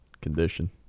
condition